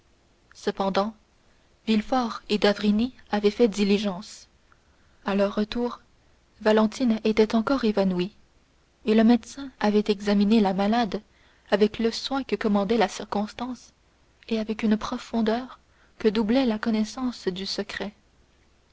cependant villefort et d'avrigny avaient fait diligence à leur retour valentine était encore évanouie et le médecin avait examiné la malade avec le soin que commandait la circonstance et avec une profondeur que doublait la connaissance du secret